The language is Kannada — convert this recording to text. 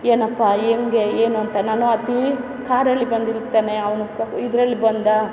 ಏನಪ್ಪಾ ಹೆಂಗೆ ಏನು ಅಂತ ನಾನು ಅತೀ ಕಾರಲ್ಲಿ ಬಂದು ನಿಲ್ತಾನೆ ಅವನು ಕ ಇದ್ರಲ್ಲಿ ಬಂದ